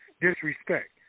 Disrespect